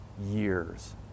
years